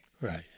Right